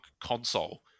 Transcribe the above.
console